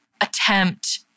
attempt